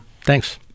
thanks